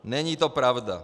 Není to pravda.